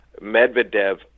Medvedev